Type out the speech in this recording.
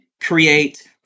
create